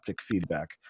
feedback